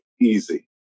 easy